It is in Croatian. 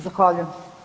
Zahvaljujem.